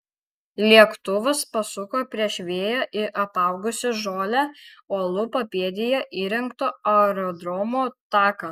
lėktuvas pasuko prieš vėją į apaugusį žole uolų papėdėje įrengto aerodromo taką